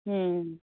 ହୁଁ